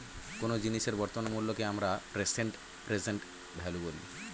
কোনো জিনিসের বর্তমান মূল্যকে আমরা প্রেসেন্ট ভ্যালু বলি